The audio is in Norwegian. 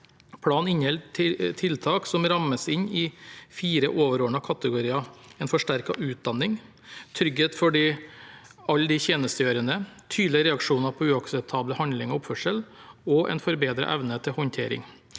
Planen inneholder tiltak som rammes inn i fire overordnede kategorier: En forsterket utdanning, trygghet for alle de tjenestegjørende, tydelige reaksjoner på uakseptabel handling og oppførsel og en forbedret evne til håndtering.